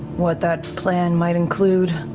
what that plan might include?